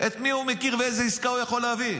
את מי הוא מכיר ואיזו עסקה הוא יכול להביא.